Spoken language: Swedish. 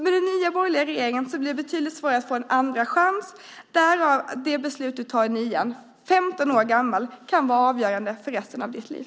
Med den nya borgerliga regeringen blir det betydligt svårare att få en andra chans, därav att det beslut du tar i nian, 15 år gammal, kan vara avgörande för resten av ditt liv.